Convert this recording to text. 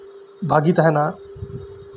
ᱵᱷᱟᱜᱮ ᱛᱟᱦᱮᱱᱟ